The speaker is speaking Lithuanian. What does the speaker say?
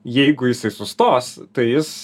jeigu jisai sustos tai jis